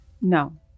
No